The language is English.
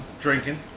Drinking